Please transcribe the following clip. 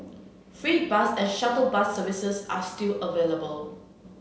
free bus and shuttle bus services are still available